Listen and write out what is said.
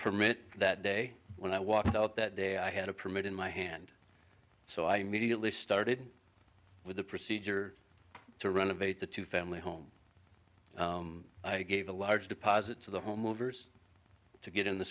permit that day when i walked out that day i had a permit in my hand so i immediately started with the procedure to renovate the two family home i gave a large deposit to the home movers to get in the